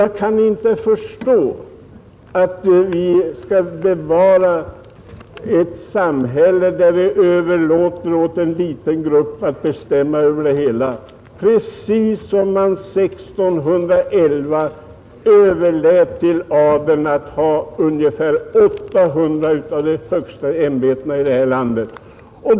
Jag kan inte förstå att vi nu skall bevara ett samhälle, där vi överlåter åt en liten grupp att bestämma allting, precis som man 1611 överlät på adeln att ta hand om ungefär 800 av de högsta ämbetena här i landet.